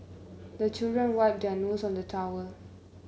the children wipe their nose on the towel